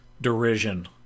derision